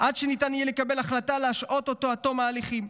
עד שניתן יהיה לקבל החלטה להשעות אותו עד תום ההליכים.